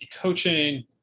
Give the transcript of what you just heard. coaching